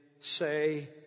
say